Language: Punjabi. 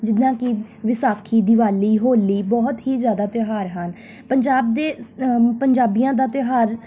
ਜਿੱਦਾਂ ਕਿ ਵਿਸਾਖੀ ਦੀਵਾਲੀ ਹੋਲੀ ਬਹੁਤ ਹੀ ਜ਼ਿਆਦਾ ਤਿਉਹਾਰ ਹਨ ਪੰਜਾਬ ਦੇ ਪੰਜਾਬੀਆਂ ਦਾ ਤਿਉਹਾਰ